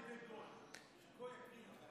או על ידי גוי, שגוי יקריא לך את זה.